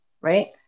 right